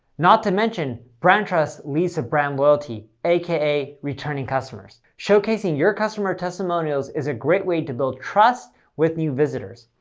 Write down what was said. not to mention, brand trust leads to brand loyalty, aka, returning customers. showcasing your customer testimonials is a great way to build trust with new visitors.